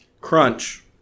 Crunch